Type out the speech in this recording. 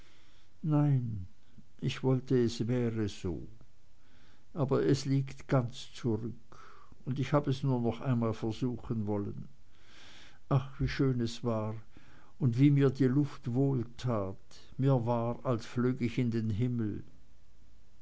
nein ich wollte es wäre so aber es liegt ganz zurück und ich hab es nur noch einmal versuchen wollen ach wie schön es war und wie mir die luft wohltat mir war als flög ich in den himmel